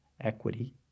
equity